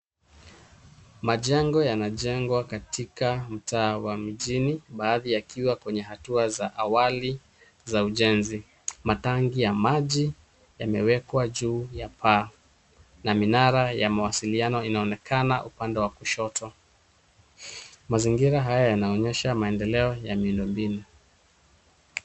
Majengo yanajengwa katika mtaa wa mjini baadhi yakiwa kwenye hatua za awali za ujenzi. Matanki ya maji yamewekwa juu ya paa na minara ya mawasiliano inaonekana upande wa kushoto. Mazingira haya yanaonyesha maendeleo ya miundo mbinu.